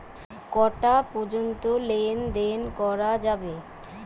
কটা পর্যন্ত লেন দেন করা যাবে?